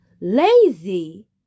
Lazy